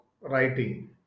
writing